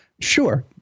Sure